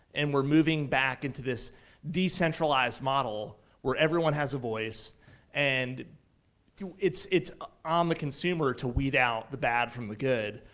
and we're moving back into this decentralized model where everyone has a voice and it's on um the consumer to weed out the bad from the good,